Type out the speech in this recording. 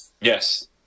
Yes